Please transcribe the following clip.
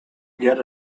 get